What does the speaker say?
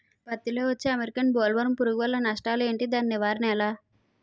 పత్తి లో వచ్చే అమెరికన్ బోల్వర్మ్ పురుగు వల్ల నష్టాలు ఏంటి? దాని నివారణ ఎలా?